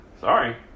Sorry